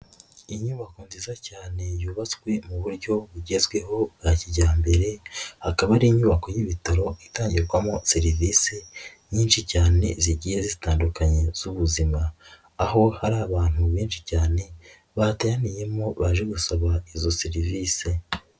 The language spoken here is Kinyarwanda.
Inyubako nziza cyane yubatswe mu buryo bugezweho bwa kijyambere, hakaba ari inyubako y'ibitaro itangirwamo serivisi, nyinshi cyane zigiye zitandukanye z'ubuzima, aho hari abantu benshi cyane bateraniyemo baje gusaba izo serivisi.